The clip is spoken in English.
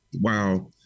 wow